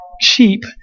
sheep